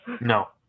No